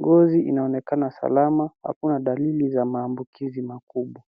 Ngozi inaonekana salama hakuna dalili za maambukizi makubwa.